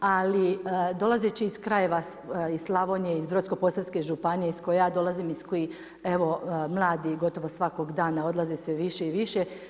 Ali dolazeći iz krajeva iz Slavonije iz Brodsko-posavske županije iz koje ja dolazim, iz koje evo mladi gotovo svakog dana odlaze sve više i više.